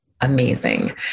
amazing